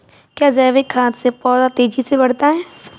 क्या जैविक खाद से पौधा तेजी से बढ़ता है?